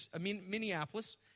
Minneapolis